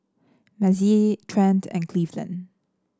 Mazie Trent and Cleveland